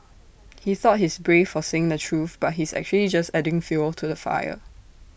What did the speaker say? he thought he's brave for saying the truth but he's actually just adding fuel to the fire